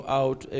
out